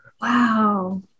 Wow